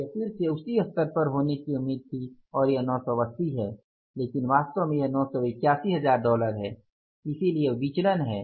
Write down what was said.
इसे फिर से उसी स्तर पर होने की उम्मीद थी और यह 980 है लेकिन वास्तव में यह 981 हजार डॉलर है इसलिए अब विचलन है